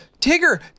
Tigger